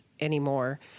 anymore